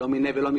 לא מני ולא מקצתי.